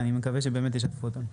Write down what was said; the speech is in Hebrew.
אני מקווה שבאמת ישתפו אותם.